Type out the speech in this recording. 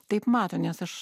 taip mato nes aš